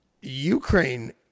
Ukraine